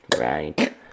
Right